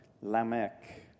Lamech